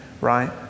right